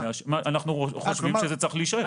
אנחנו חושבים שזה צריך להישאר.